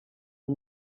and